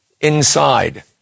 inside